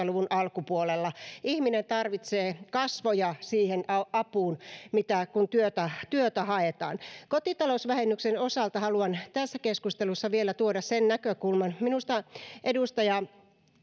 luvun alkupuolella ihminen tarvitsee kasvoja siihen apuun kun työtä työtä haetaan kotitalousvähennyksen osalta haluan tässä keskustelussa vielä tuoda esille näkökulmani minusta edustaja